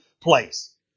place